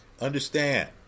Understand